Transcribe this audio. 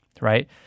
right